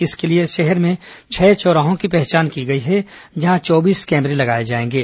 इसके लिए शहर में छह चौराहों की पहचान की गई है जहां करीब चौबीस कैमरे लगाए जाएंगे